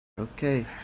Okay